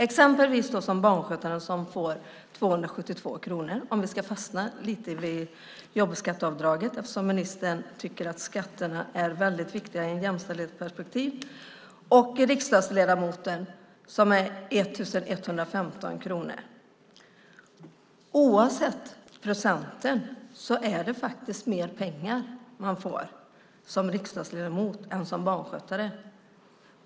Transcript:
Jag kan som exempel ta barnskötaren som får 272 kronor - om vi ska fastna lite vid jobbskatteavdraget, eftersom ministern tycker att skatterna är väldigt viktiga i ett jämställdhetsperspektiv - och riksdagsledamoten som får 1 115 kronor. Oavsett procenten är det mer pengar man får som riksdagsledamot än som barnskötare.